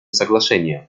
соглашения